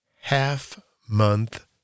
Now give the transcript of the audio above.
half-month